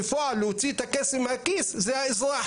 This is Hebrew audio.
בפועל להוציא את הכסף מהכיס זה האזרח.